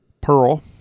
Pearl